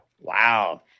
Wow